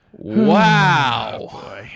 Wow